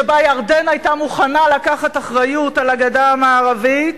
שבו ירדן היתה מוכנה לקחת אחריות על הגדה המערבית,